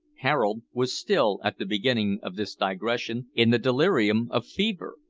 harold was still at the beginning of this digression in the delirium of fever,